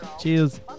Cheers